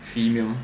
female